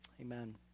amen